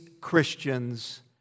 Christians